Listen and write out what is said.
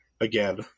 again